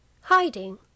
hiding